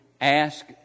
ask